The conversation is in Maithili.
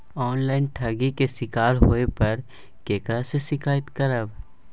ऑनलाइन ठगी के शिकार होय पर केकरा से शिकायत करबै?